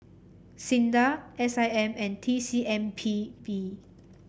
SINDA S I M and T C M P B